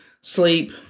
sleep